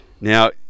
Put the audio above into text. Now